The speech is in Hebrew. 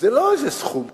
זה לא איזה סכום קטן.